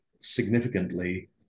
significantly